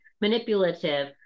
manipulative